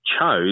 chose